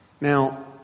Now